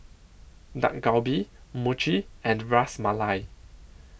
Dak Galbi Mochi and Ras Malai